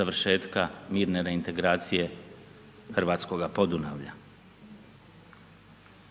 završetka mirne reintegracije hrvatskoga Podunavlja.